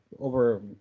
over